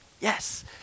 Yes